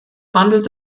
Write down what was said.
handelt